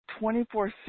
24-7